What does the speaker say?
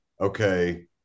okay